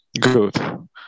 good